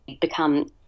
become